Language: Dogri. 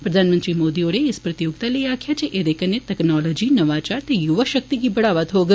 प्रधानमंत्री मोदी होरें इस प्रतियोगिता लेई आक्खेया जे ऐदे कन्नै तकनालोजी नवाचार ते युवा शक्ति गी बढ़ावा थ्होग